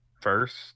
first